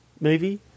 movie